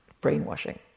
brainwashing